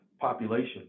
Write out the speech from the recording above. Population